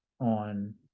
on